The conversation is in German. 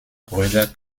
bruder